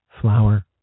Flower